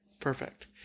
Perfect